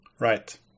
right